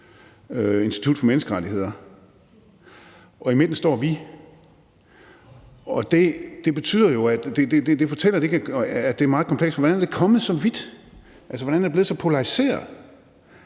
Institut for Menneskerettigheder. Og i midten står vi. Det fortæller jo, at det er meget komplekst. Hvordan er det kommet så vidt? Hvordan er det blevet så polariseret,